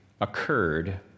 occurred